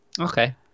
Okay